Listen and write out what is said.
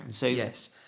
yes